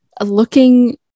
looking